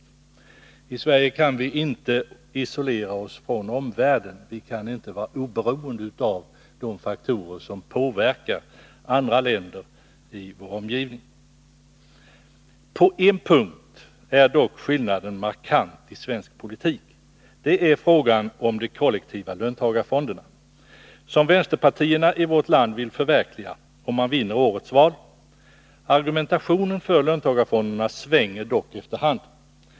Vi kan i Sverige inte isolera oss från omvärlden. Vi kan inte vara oberoende av de faktorer som påverkar länder i vår omgivning. På en punkt är dock skillnaden markant. Det är när det gäller frågan om de kollektiva löntagarfonderna, som vänsterpartierna i vårt land vill förverkliga, om de vinner årets val. Argumentationen för löntagarfonderna svänger dock efter hand.